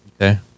Okay